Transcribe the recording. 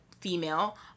female